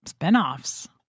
spinoffs